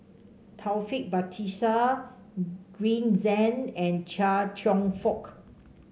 Taufik Batisah Green Zeng and Chia Cheong Fook